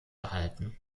gehalten